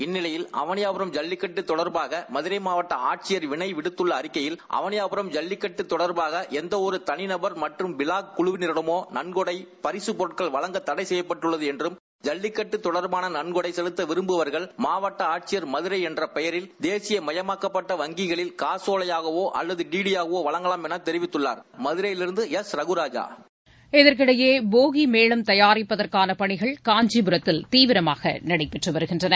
இந்நிலையில் அவனிபாபுரம் ஜல்லிக்கட்டு தொடர்பாக மதுரை மாவட்ட ஆட்சியர் வினப் விடுத்தள்ள அறிக்கையில் அவனிபாபரம் ஜல்விக்கட்டு தொடர்பான எந்த ஒரு தனிநபர் மற்றம் விழா குழலினரிடமோ நன்கொடை மற்றம் பரிசு பொருட்கள் வழங்க தடை செய்யப்பட்டுள்ளது என்றம் ஜல்லிக்கட்டு தொடர்பான நன்கொடை செலுத்த விரும்புவர்கள் மாவட்ட ஆட்சிபர் மதரை என்ற பெயரில் கேசியமயமாக்கப்பட்ட வங்கிகளில் காசாலையாகவோ அல்லது டிடியாகவோ வழங்கலாம் என்று தெரிவித்துள்ளார் மதுரையிலிருந்து வெற் ரகாஜா இதற்கிடையே போகி மேளம் தயாரிப்பதற்கான பணிகள் காஞ்சிபுரத்தில் தீவிரமாக நடைபெற்று வருகின்றன